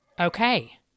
Okay